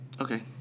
Okay